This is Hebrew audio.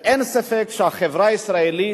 ואין ספק שבחברה הישראלית,